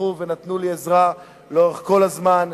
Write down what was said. שתמכו ונתנו לי עזרה לאורך כל הזמן,